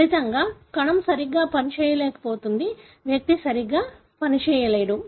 ఫలితంగా కణం సరిగా పనిచేయలేకపోతుంది వ్యక్తి సరిగా పనిచేయలేడు